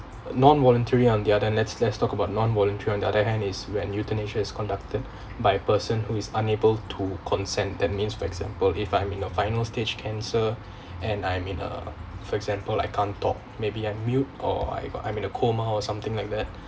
non-voluntary on the other let's let's talk about non-voluntary on the other hand is when euthanasia is conducted by a person who is unable to consent that means for example if I'm in a final stage cancer and I'm in uh for example like I can talk maybe I mute or I got I'm in a coma or something like that